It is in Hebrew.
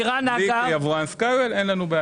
אני כיבואן, אין לנו בעיה.